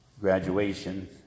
graduation